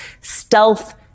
stealth